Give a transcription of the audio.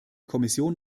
kommission